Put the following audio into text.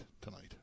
tonight